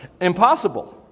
impossible